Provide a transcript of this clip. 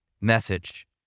message